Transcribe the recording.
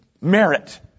merit